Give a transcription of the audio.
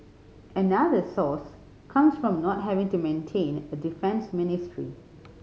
another source comes from not having to maintain a defence ministry